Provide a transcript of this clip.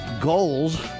goals